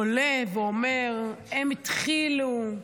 עולה ואומר: הם התחילו,